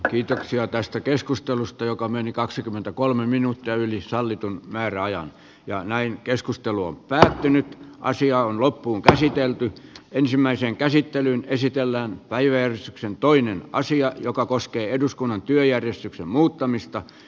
riita asiaa tästä keskustelusta joka meni kaksikymmentäkolme minuuttia yli sallitun määräajan ja näin keskustelu on päättynyt ja asia on loppuunkäsitelty ensimmäisen käsittelyn esitellään päiväys on toinen asia joka koskee eduskunnan pohjoisempana kehittää